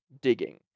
digging